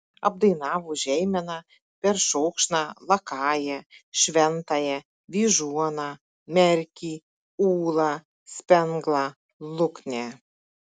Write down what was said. apdainavo žeimeną peršokšną lakają šventąją vyžuoną merkį ūlą spenglą luknę